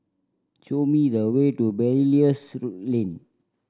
show me the way to Belilios Lane